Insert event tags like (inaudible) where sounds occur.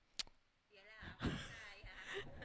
(noise) (laughs)